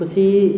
ख़ुशी